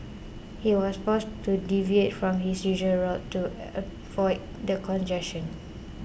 he was forced to deviate from his usual route to avoid the congestion